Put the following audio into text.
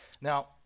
Now